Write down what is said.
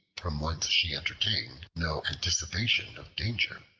from whence she entertained no anticipation of danger.